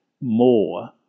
more